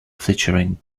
featuring